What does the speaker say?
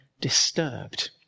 disturbed